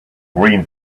green